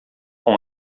com